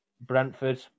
Brentford